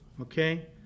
Okay